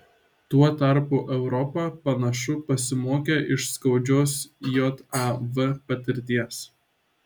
tuo tarpu europa panašu pasimokė iš skaudžios jav patirties